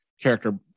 character